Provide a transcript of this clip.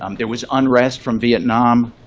um there was unrest from vietnam.